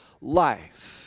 life